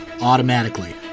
automatically